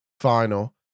Final